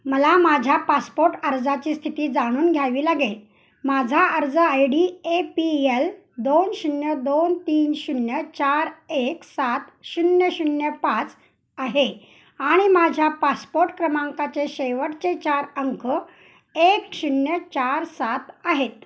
मला माझ्या पासपोर्ट अर्जाची स्थिती जाणून घ्यावी लागेल माझा अर्ज I D A P L दोन शून्य दोन तीन शून्य चार एक सात शून्य शून्य पाच आहे आणि माझ्या पासपोर्ट क्रमांकाचे शेवटचे चार अंक एक शून्य चार सात आहेत